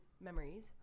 memories